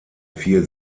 vier